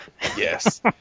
Yes